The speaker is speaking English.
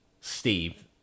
Steve